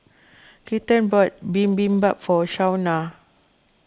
Keaton bought Bibimbap for Shaunna